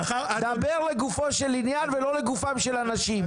דבר לגופו של עניין ולא לגופם של אנשים.